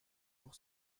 pour